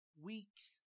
weeks